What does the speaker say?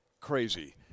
crazy